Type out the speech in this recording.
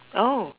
oh